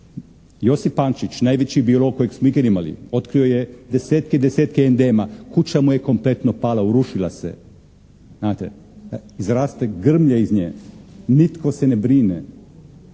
Josip Pančić, najveći biolog kojeg smo ikad imali, otkrio je desetke i desetke endema, kuća mu je kompletno pala, urušila se. Znate? Raste grmlje iz nje, nitko se ne brine.